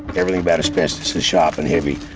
everything about asbestos is sharp and heavy.